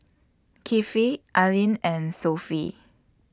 Kefli Ain and Sofea